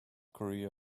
korea